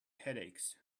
headaches